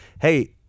hey